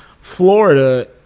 Florida